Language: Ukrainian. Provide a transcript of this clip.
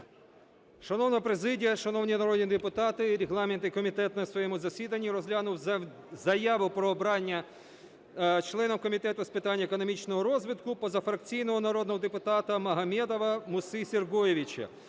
Шановна президія, шановні народні депутати! Регламентний комітет на своєму засіданні розглянув заяву про обрання членом Комітету з питань економічного розвитку позафракційного народного депутата Магомедова Муси Сергоєвича,